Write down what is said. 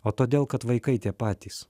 o todėl kad vaikai tie patys